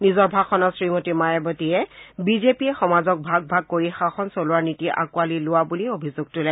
নিজৰ ভাষণত শ্ৰীমতী মায়াৱতীয়ে বিজেপিয়ে সমাজক ভাগ ভাগ কৰি শাসন চলোৱাৰ নীতি আঁকোৱালি লোৱা বুলি অভিযোগ তোলে